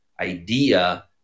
idea